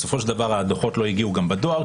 בסופו של דבר הדוחות לא הגיעו גם בדואר,